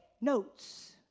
notes